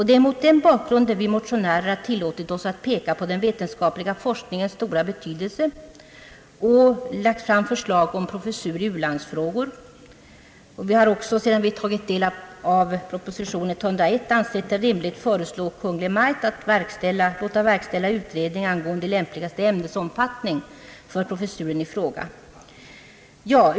Det är mot denna bakgrund som vi motionärer har tillåtit oss att peka på den vetenskapliga forskningens stora betydelse och lagt fram förslag om professur i u-landsfrågor. Sedan vi tagit del av proposition 101 har vi ansett det rimligt att föreslå Kungl. Maj:t att låta verkställa utredning angående lämpligaste ämnesomfattning för professuren i fråga.